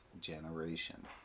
generation